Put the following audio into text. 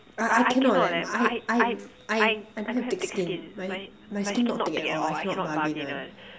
I I cannot leh I I I I don't have thick skin my my skin not thick at all I cannot bargain [one]